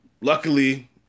Luckily